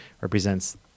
represents